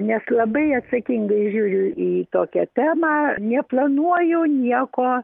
nes labai atsakingai žiūriu į tokią temą neplanuoju nieko